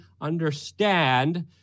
Understand